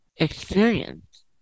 experience